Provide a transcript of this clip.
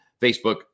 Facebook